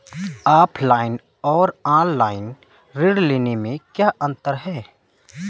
Offline और online ऋण लेने में क्या अंतर है?